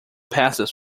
passes